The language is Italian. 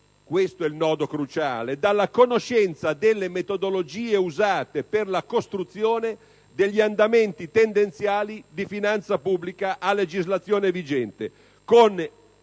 questo è il nodo cruciale - dalla conoscenza delle metodologie usate per la costruzione degli andamenti tendenziali di finanza pubblica a legislazione vigente